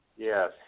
Yes